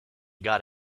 got